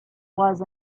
was